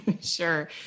Sure